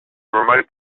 remote